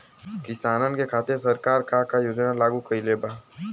किसानन के खातिर सरकार का का योजना लागू कईले बा?